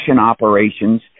operations